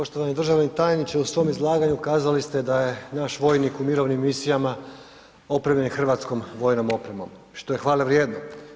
Poštovani državni tajniče u svom izlaganju kazali ste da je naš vojnik u mirovnim misijama opremljen hrvatskom vojnom opremom, što je hvale vrijedno.